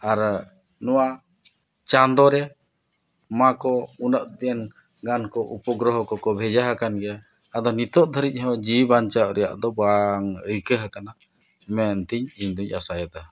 ᱟᱨ ᱱᱚᱣᱟ ᱪᱟᱸᱫᱚ ᱨᱮ ᱱᱚᱣᱟ ᱠᱚ ᱩᱱᱟᱹᱜ ᱫᱤᱱ ᱜᱟᱱ ᱠᱚ ᱩᱯᱚᱜᱨᱚᱦᱚ ᱠᱚᱠᱚ ᱵᱷᱮᱡᱟᱣ ᱠᱟᱱ ᱜᱮᱭᱟ ᱟᱫᱚ ᱱᱤᱛᱚᱜ ᱫᱷᱟᱹᱨᱤᱡ ᱦᱚᱸ ᱡᱤᱣᱤ ᱵᱟᱧᱪᱟᱣ ᱨᱮᱭᱟᱜ ᱫᱚ ᱵᱟᱝ ᱟᱹᱭᱠᱟᱹᱣ ᱠᱟᱱᱟ ᱢᱮᱱᱛᱤᱧ ᱤᱧᱫᱚᱧ ᱟᱥᱟᱭᱮᱫᱟ